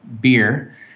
beer